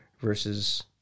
versus